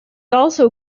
also